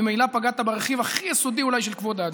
ממילא פגעת ברכיב אולי הכי יסודי של כבוד האדם.